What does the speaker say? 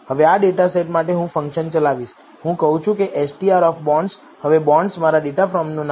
હવે આ ડેટાસેટ માટે હું ફંકશન ચલાવીશ હું કહું છું કે str હવે બોન્ડ્સ મારા ડેટાફ્રેમનું નામ છે